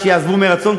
שיעזבו מרצון.